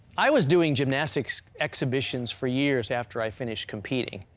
i was doing gymnastics exhibitions for years after i finished competing.